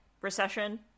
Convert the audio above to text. recession